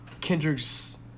Kendrick's